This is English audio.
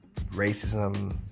racism